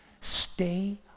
stay